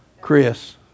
Chris